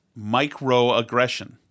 Microaggression